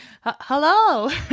hello